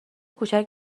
کوچک